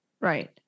Right